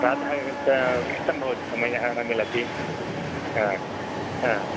प्रातः एकं कष्टं भवति समयः न मिलति ह ह